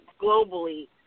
globally